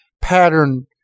pattern